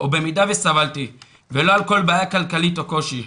במידה וסבלתי ולא על כל בעיה כלכלית או קושי.